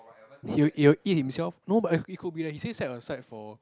he will it will eat himself no but it could be that he say set aside for